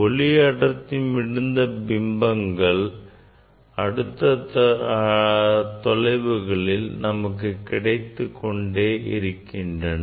ஒளிஅடர்த்தி மிகுந்த பிம்பங்கள் அடுத்தடுத்த தொலைவுகளில் நமக்கு கிடைத்துக்கொண்டே இருக்கின்றன